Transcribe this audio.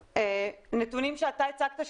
נתונים שאתה הצגת,